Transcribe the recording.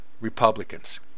Republicans